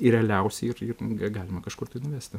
ir realiausiai ir galima kažkur tai nuvesti